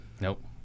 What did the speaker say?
Nope